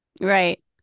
Right